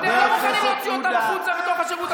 אתם לא מוכנים להוציא אותם החוצה מתוך השירות הציבורי.